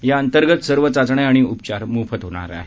या अंतर्गत सर्व चाचण्या आणि उपचार मोफत होणार आहेत